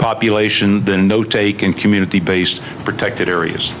population than no take in community based protected areas